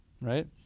right